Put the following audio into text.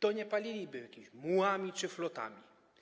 to nie paliliby jakimiś mułami czy flotami.